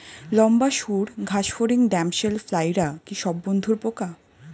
লম্বা সুড় ঘাসফড়িং ড্যামসেল ফ্লাইরা কি সব বন্ধুর পোকা?